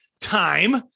time